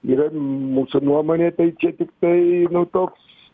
yra mūsų nuomone tai čia tiktai nu toks